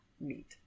meet